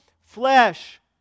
flesh